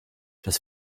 das